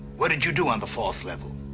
what did you do on the fourth level?